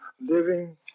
living